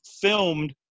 filmed